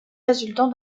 résultant